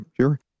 sure